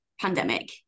pandemic